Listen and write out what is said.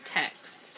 text